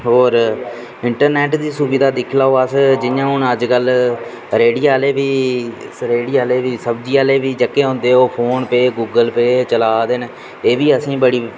होर इंटरनैट्ट दी सुविधा दिक्खी लाओ अस जि'यां हून अज्ज कल्ल रेह्ड़ी आह्ले बी सब्जी आह्ले बी ओह् जेह्के होंदे फोन पे गूगल पे चला दे न एह् बी असेंगी बड़ी